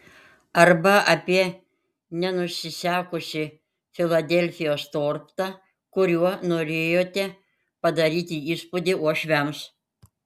arba apie nenusisekusį filadelfijos tortą kuriuo norėjote padaryti įspūdį uošviams